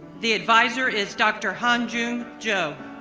the advisor is dr. hanjoong jo.